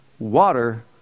Water